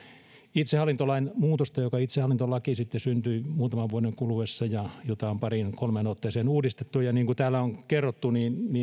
muutosta itsehallintolakiin joka sitten syntyi muutaman vuoden kuluessa ja jota on pariin kolmeen otteeseen uudistettu niin kuin täällä on kerrottu